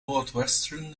northwestern